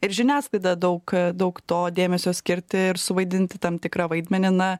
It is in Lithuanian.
ir žiniasklaida daug daug to dėmesio skirti ir suvaidinti tam tikrą vaidmenį na